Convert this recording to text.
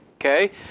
Okay